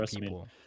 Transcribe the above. people